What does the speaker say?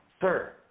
Sir